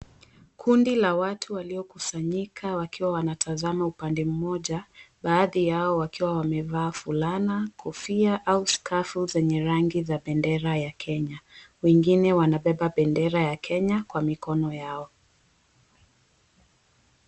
Kundi la watu waliokusanyika wakiwa wanatazama upande mmoja, baadhi yao wakiwa wamevaa fulana, kofia au skafu zenye rangi za bendera ya Kenya. Wengine wanabeba bendera ya Kenya kwa mikono yao.